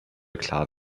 klar